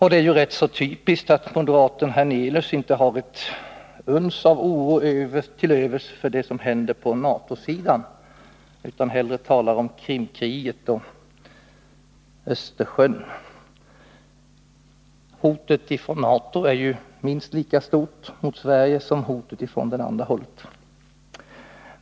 Det är rätt typiskt att moderaten Allan Hernelius inte har ett uns av oro till övers för vad som händer på NATO-sidan utan hellre talar om Krimkriget och Östersjön. Hotet mot Sverige från NATO är ju minst lika stort som hotet från det andra hållet.